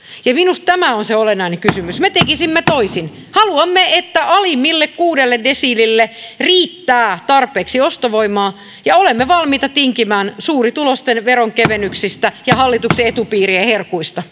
oikeudenmukaisuuden minusta tämä on se olennainen kysymys me tekisimme toisin haluamme että alimmille kuudelle desiilille riittää tarpeeksi ostovoimaa ja olemme valmiita tinkimään suurituloisten veronkevennyksistä ja hallituksen etupiirien herkuista